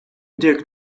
dirk